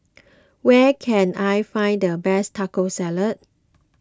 where can I find the best Taco Salad